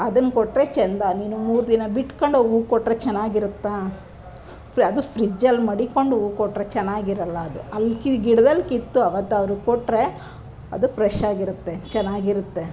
ಅದನ್ನ ಕೊಟ್ಟರೆ ಚೆಂದ ನೀನು ಮೂರು ದಿನ ಬಿಟ್ಕೊಂಡು ಹೋಗಿ ಹೂವು ಕೊಟ್ಟರೆ ಚೆನ್ನಾಗಿರುತ್ತಾ ಅದು ಫ್ರಿಡ್ಜಲ್ಲಿ ಮಡಿಕೊಂಡು ಹೂವು ಕೊಟ್ಟರೆ ಚೆನ್ನಾಗಿರೋಲ್ಲ ಅದು ಅಲ್ಲಿ ಕಿ ಗಿಡದಲ್ಲಿ ಕಿತ್ತು ಅವತ್ತು ಅವ್ರಿಗೆ ಕೊಟ್ಟರೆ ಅದು ಫ್ರೆಶ್ಶಾಗಿರುತ್ತೆ ಚೆನ್ನಾಗಿರುತ್ತೆ